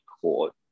court